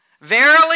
Verily